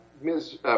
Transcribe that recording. Ms